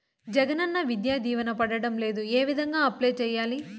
జగనన్న విద్యా దీవెన పడడం లేదు ఏ విధంగా అప్లై సేయాలి